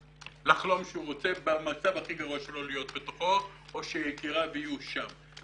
לחלום שהוא רוצה במצב הכי גרוע שלו להיות בתוכו או שיקיריו יהיו שם.